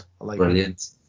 Brilliant